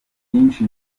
byinshi